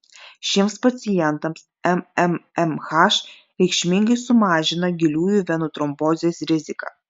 šiems pacientams mmmh reikšmingai sumažina giliųjų venų trombozės riziką